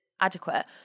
adequate